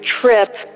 trip